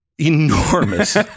Enormous